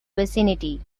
vicinity